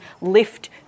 lift